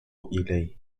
إليه